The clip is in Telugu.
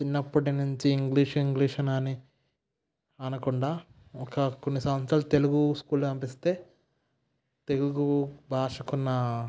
చిన్నప్పటి నుంచి ఇంగ్లీష్ ఇంగ్లీష్ అని అనకుండా ఒక కొన్ని సంవత్సరాలు తెలుగు స్కూళ్ళ పంపిస్తే తెలుగూ భాషకు ఉన్నా